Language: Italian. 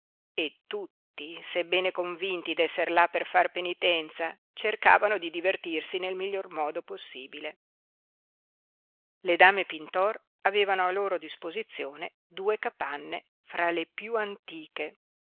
e tutti sebbene convinti d'esser là per far penitenza cercavano di divertirsi nel miglior modo possibile le dame pintor avevano a loro disposizione due capanne fra le piú antiche